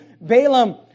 Balaam